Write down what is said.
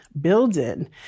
building